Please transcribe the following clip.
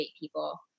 people